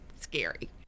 scary